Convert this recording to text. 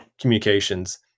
communications